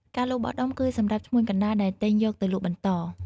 ការលក់បោះដុំ គឺសម្រាប់ឈ្មួញកណ្ដាលដែលទិញយកទៅលក់បន្ត។